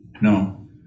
No